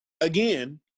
Again